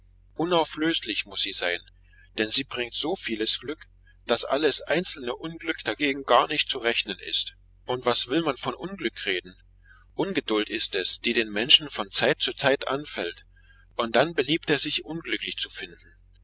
unauflöslich muß sie sein denn sie bringt so vieles glück daß alles einzelne unglück dagegen gar nicht zu rechnen ist und was will man von unglück reden ungeduld ist es die den menschen von zeit zu zeit anfällt und dann beliebt er sich unglücklich zu finden